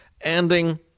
ending